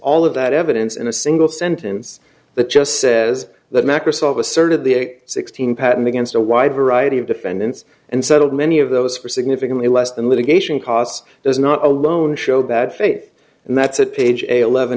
all of that evidence in a single sentence that just says that microsoft asserted the sixteen patent against a wide variety of defendants and settled many of those for significantly less than litigation costs does not alone show that faith and that's at page eleven